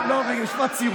משפט סיום.